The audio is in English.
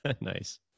Nice